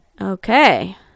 Okay